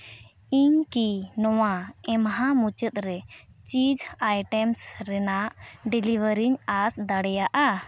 ᱤᱧ ᱠᱤ ᱱᱚᱣᱟ ᱮᱢᱦᱟ ᱢᱩᱪᱟᱹᱫ ᱨᱮ ᱪᱤᱡᱽ ᱟᱭᱴᱮᱢᱥ ᱨᱮᱭᱟᱜ ᱰᱮᱞᱤᱵᱷᱟᱹᱨᱤᱧ ᱟᱸᱥ ᱫᱟᱲᱮᱭᱟᱜᱼᱟ